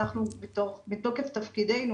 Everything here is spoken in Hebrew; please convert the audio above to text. ואנחנו בתוקף תפקידנו